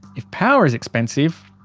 if power is expensive.